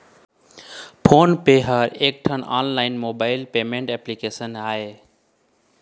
phone पे ह एकठन online mobile payment application आय